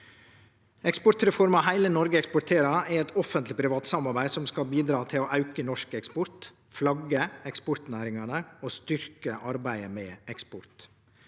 Eksportreforma Hele Norge eksporterer er eit offentleg-privat samarbeid som skal bidra til å auke norsk eksport, flagge eksportnæringane og styrkje arbeidet med eksport.